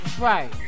right